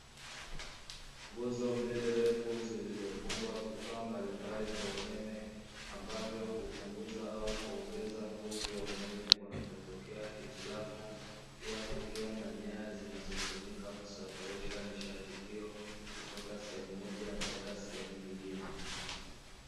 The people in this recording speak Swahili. Nguzo mbili refu zilizofungwa vifaa mbalimbali vya umeme, ambavyo hupunguza au kuongeza nguvu ya umeme kunapotokea hitilafu, pia kukiwa na nyaya, zinazotumika kusafirisha nishati hiyo kutoka sehemu moja kwenda sehemu nyingine.